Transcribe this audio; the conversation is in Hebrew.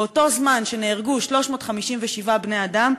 באותו זמן שנהרגו 357 בני אדם,